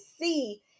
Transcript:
see